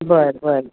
बरं बरं